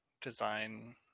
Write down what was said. design